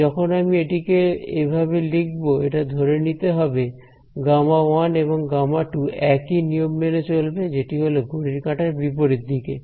তাই যখন আমি এটিকে এভাবে লিখব এটা ধরে নিতে হবে Γ1 এবং Γ2 একই নিয়ম মেনে চলবে যেটি হল ঘড়ির কাঁটার বিপরীত দিকে